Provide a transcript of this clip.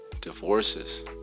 divorces